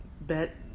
bet